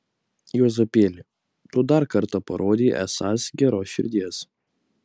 juozapėli tu dar kartą parodei esąs geros širdies